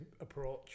approach